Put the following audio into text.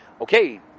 Okay